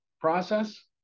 process